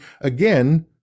again